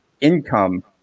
income